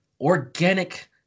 organic